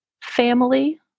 family